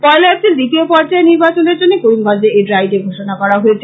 পয়লা April দ্বিতীয় পর্যায়ের নির্বাচনের জন্য করিমগঞ্জে এই ড্রাই ডে ঘোষণা করা হয়েছে